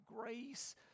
grace